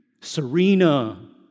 Serena